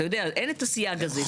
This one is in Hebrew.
אתה יודע, אין את הסייג הזה.